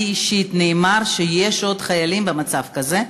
לי אישית נאמר שיש עוד חיילים במצב כזה,